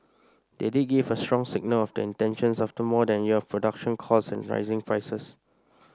they did give a strong signal of their intentions after more than a year of production cuts and rising prices